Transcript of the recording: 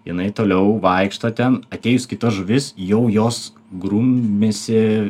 jinai toliau vaikšto ten atėjus kita žuvis jau jos grumiasi